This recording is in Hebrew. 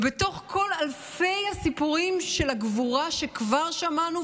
ובתוך כל אלפי הסיפורים של הגבורה שכבר שמענו,